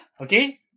Okay